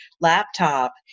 laptop